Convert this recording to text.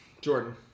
Jordan